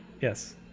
Yes